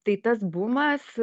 tai tas bumas